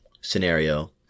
scenario